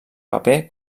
paper